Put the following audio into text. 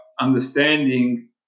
understanding